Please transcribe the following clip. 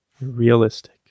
Realistic